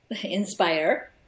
inspire